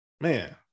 Man